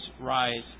rise